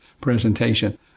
presentation